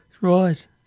Right